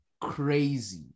crazy